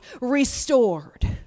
restored